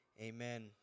Amen